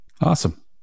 Awesome